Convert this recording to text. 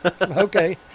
Okay